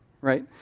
right